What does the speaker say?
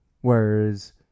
Whereas